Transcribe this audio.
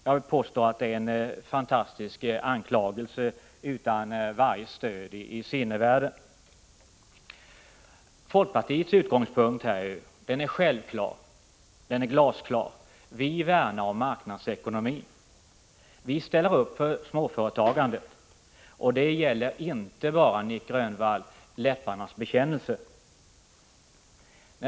Jag vill påstå att detta är en fantastisk anklagelse utan varje stöd i sinnevärlden. Folkpartiets utgångspunkt är glasklar. Vi värnar om marknadsekonomin. Visställer upp för småföretagandet, och det är då, Nic Grönvall, inte fråga om enbart en läpparnas bekännelse.